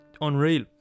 unreal